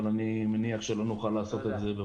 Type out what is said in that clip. אבל אני מניח שלא נוכל לעשות את זה,